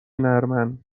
نرمن